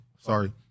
sorry